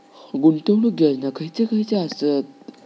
गुंतवणूक योजना खयचे खयचे आसत?